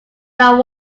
than